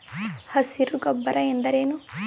ಹಸಿರು ಗೊಬ್ಬರ ಎಂದರೇನು?